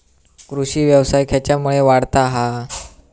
कृषीव्यवसाय खेच्यामुळे वाढता हा?